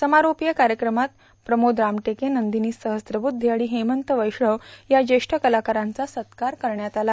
समायेपीय कार्यक्रमात प्रमोद रामटेके बंदिनी सहस्त्रबुद्धे आणि ठेमंत वैष्णव चा ज्येष्ठ कलाकारांचा सत्कार करण्यात आला